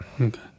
okay